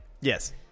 Yes